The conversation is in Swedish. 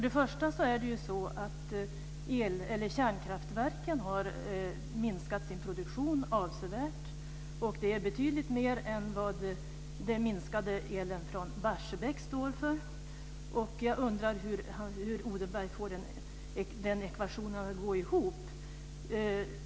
Det är så att kärnkraftverken har minskat sin produktion avsevärt, och det är betydligt mer än vad den minskade elen från Barsebäck står för. Jag undrar hur Odenberg får den ekvationen att gå ihop.